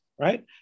Right